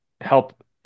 help